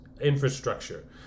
infrastructure